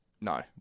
No